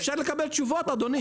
אפשר לקבל תשובות, אדוני?